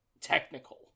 technical